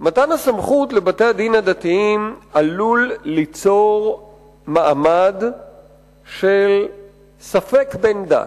מתן הסמכות לבתי-הדין הדתיים עלול ליצור מעמד של ספק בן דת,